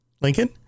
lincoln